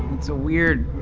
it's a weird